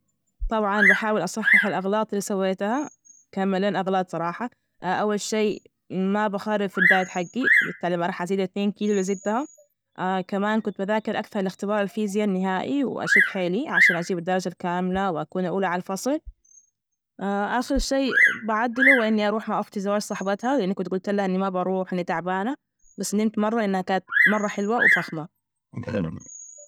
طبعا بحاول أصحح الأغلاط اللي سويتها كان مليان أغلاط صراحة، أول شي ما بخرب في الدايت حجي، بالتالي ما رح أزيد 2 كيلواللى زدتها، كمان كنت بذاكر أكثر لإختبار، الفيزياء النهائي وأشد حيلي عشان أجيب الدرجة الكاملة وأكون الأولى على الفصل. آخر شي بعدله هو إني أروح مع اختى زواج صاحبتها، لإني كنت جلتلها إني ما بروح لإني تعبانة، بس نمت مرة لأنها كانت مرة حلوة وفخمة.